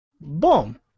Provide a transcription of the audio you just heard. bom